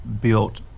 built